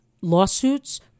lawsuits